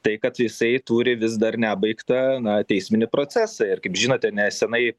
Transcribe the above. tai kad jisai turi vis dar nebaigtą na teisminį procesą ir kaip žinote nesenai